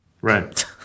right